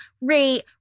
rate